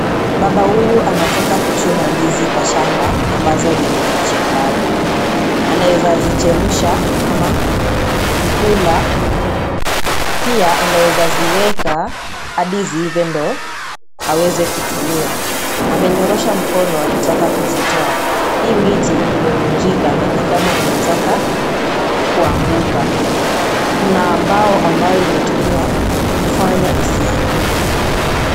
Baba huyu anataka kujuna ndizi Kwa shamba ambazo ni mpiji pado anaeza sichemusha ama kukula pia anawesa siweka Hadi sihive ndoo awesee kutumia amenyorosha mikono anataka kusitoa hii miti imefinjika na ni kama inataka kuanguka Kuna mbao imetumika kufanya isianguke.